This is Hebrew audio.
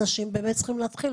האנשים באמת צריכים להתחיל,